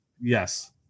Yes